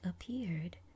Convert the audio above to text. appeared